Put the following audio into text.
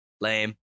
Lame